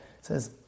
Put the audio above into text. says